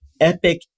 epic